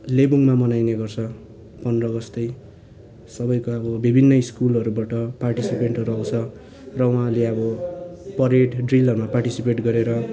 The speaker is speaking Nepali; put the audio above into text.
लेबोङमा मनाइने गर्छ पन्ध्र अगस्ट चाहिँ सबैको अब विभिन्न स्कुलहरूबाट पार्टिसिपेन्टहरू आउँछ र उहाँले अब परेड र ड्रिलहरूमा पार्टिसिपेट गरेर